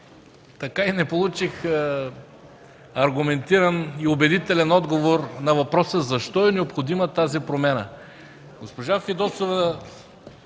Така и не получих аргументиран и убедителен отговор на въпроса защо е необходима тази промяна.